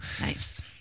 nice